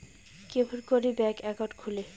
কেমন করি bank account খুলে?